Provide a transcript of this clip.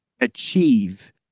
achieve